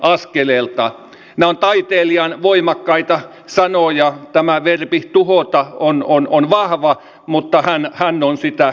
nämä ovat taiteilijan voimakkaita sanoja tämä verbi tuhota on vahva mutta hän on sitä käyttänyt